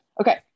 Okay